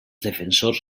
defensors